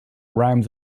rhymes